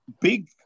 big